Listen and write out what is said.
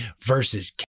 versus